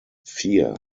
fear